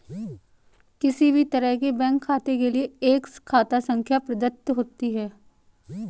किसी भी तरह के बैंक खाते के लिये एक खाता संख्या प्रदत्त होती है